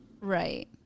Right